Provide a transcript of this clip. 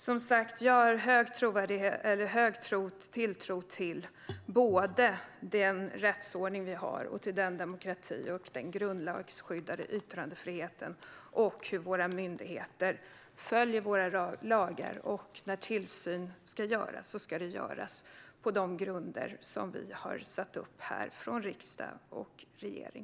Som sagt, jag har hög tilltro till den rättsordning som vi har, till demokratin, den grundlagsskyddade yttrandefriheten och till att myndigheterna följer våra lagar. När tillsyn ska göras ska det göras på de grunder som vi har fastställt från riksdag och regering.